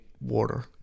water